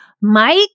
Mike